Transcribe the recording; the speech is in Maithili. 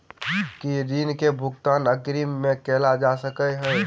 की ऋण कऽ भुगतान अग्रिम मे कैल जा सकै हय?